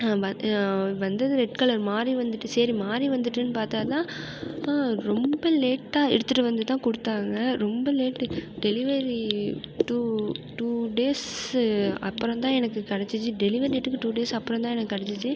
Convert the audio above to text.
வ வந்தது red colour மாறி வந்துட்டு சரி மாறி வந்துட்டுன்னு பார்த்தா தான் ஆ ரொம்ப லேட்டாக எடுத்துட்டு வந்து தான் கொடுத்தாங்க ரொம்ப late delivery two two days அப்புறம் தான் எனக்கு கெடச்சிச்சு டெலிவரி டேட்டுக்கு டூ டேஸ் அப்புறம் தான் எனக்கு கெடச்சிச்சு